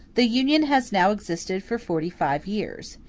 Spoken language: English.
the union has now existed for forty-five years,